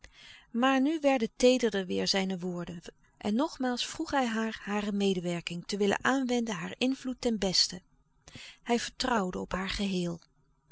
maar nu werden teederder weêr zijne woorden en nogmaals vroeg hij haar hare medewerking te willen aanwenden haar invloed ten beste hij vertrouwde op haar geheel